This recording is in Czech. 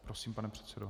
Prosím, pane předsedo.